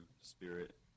spirit